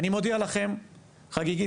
שרואות אותנו מורות אולפן, צר לי.